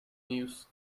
news